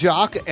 Jock